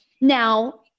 Now